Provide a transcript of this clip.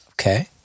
okay